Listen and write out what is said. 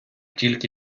тільки